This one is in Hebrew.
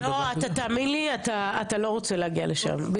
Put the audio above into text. לא, תאמין לי, אתה לא רוצה להגיע לשם.